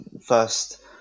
first